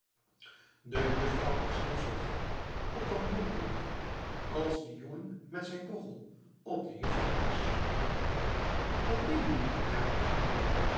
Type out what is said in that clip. de juffrouw is net zoo gek op dat mormeldier als die jongen met zijn bochel op de juffrouw is wat meen ie joacob